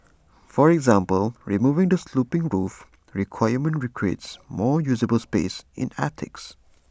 for example removing the sloping roof requirement creates more usable space in attics